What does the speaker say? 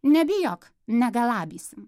nebijok negalabysim